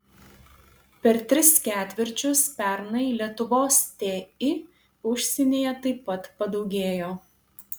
per tris ketvirčius pernai lietuvos ti užsienyje taip pat padaugėjo